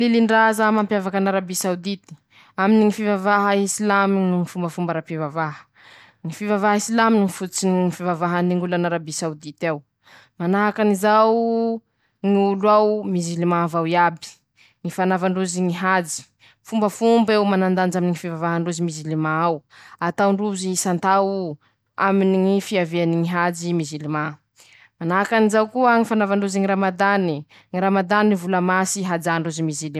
Lilindraza mampiavaky an'Araby saodity: Aminy fivavaha isilamo noho ñy fombafomba arapivavaha, ñy fivavaha silamo no fototsy ny ñy fivavahany ñ'olo an'Araby saodity ao, manahakan'izao ñ'olo ao mizilimany avao iaby, ñy fanaova ndrozy ñy hajy, fombafomb'eo manandanja aminy ñy fivavaha ndrozy mizilimà ao, ataondrozy isantaoo aminy ñy fiaviany ñy hajy mizilimà, manahakan'izao ñy fanaova ndrozy ñy ramadany, ñy ramadany vola masy hajandr.